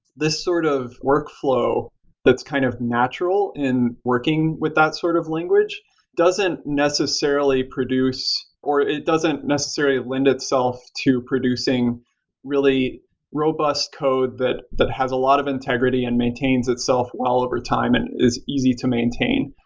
this sort of workflow that's kind of natural in working with that sort of language doesn't necessarily produce or it doesn't necessarily lend itself to producing really robust code that that has a lot of integrity and maintains itself well overtime and is easy to maintain.